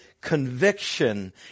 conviction